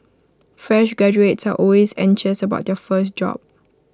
fresh graduates are always anxious about their first job